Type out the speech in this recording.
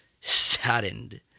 saddened